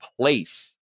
place